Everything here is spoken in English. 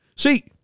See